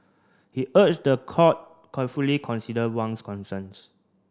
he urged the court carefully consider Wang's concerns